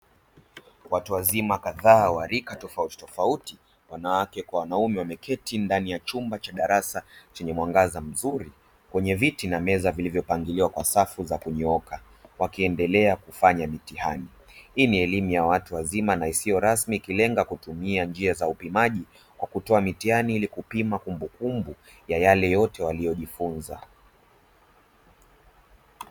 Watu wazima kadhaa wa rika tofautitofauti wanawake kwa wanaume wameketi ndani ya chumba cha darasa chenye mwangaza mzuri kwenye viti na meza vilivyopangiliwa kwa safu za kunyooka wakiendelea kufanya mitihani. Hii ni elimu ya watu wazima na isiyo rasmi ikilenga kutumia njia za upimaji kwa kutoa mitihani ili kupima kumbukumbu ya yale yote waliyojifunza.